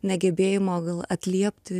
negebėjimo gal atliepti